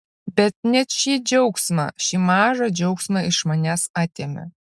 bet net šį džiaugsmą šį mažą džiaugsmą iš manęs atėmė